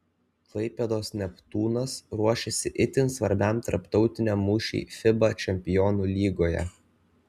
klaipėdos neptūnas ruošiasi itin svarbiam tarptautiniam mūšiui fiba čempionų lygoje